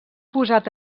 posat